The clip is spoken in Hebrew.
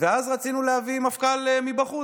ואז רצינו להביא מפכ"ל מבחוץ,